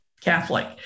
Catholic